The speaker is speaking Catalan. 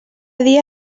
dia